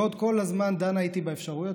ועוד כל הזמן דנה איתי באפשרויות,